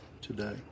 today